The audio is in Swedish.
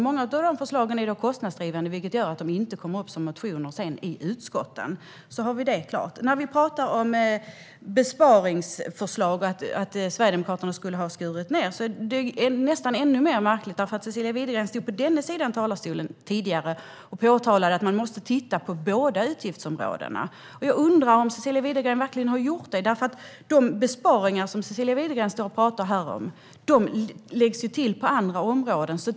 Många av förslagen är kostnadsdrivande, vilket gör att de sedan inte kommer upp som motioner i utskotten. Så har vi det klart. När vi talar om besparingsförslag och att Sverigedemokraterna skulle ha skurit ned är det nästan ännu mer märkligt. Cecilia Widegren stod tidigare i denna talarstol och påpekade att man måste titta på båda utgiftsområdena. Jag undrar om Cecilia Widegren verkligen har gjort det. De besparingar som Cecilia Widegren står här och pratar om läggs till på andra områden.